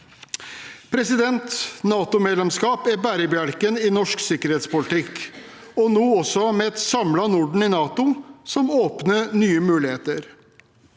kommer. NATO-medlemskapet er bærebjelken i norsk sikkerhetspolitikk, og nå også med et samlet Norden i NATO, som åpner nye muligheter.